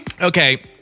Okay